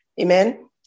Amen